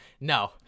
No